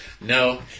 No